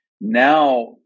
Now